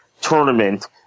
tournament